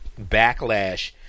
backlash